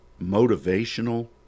motivational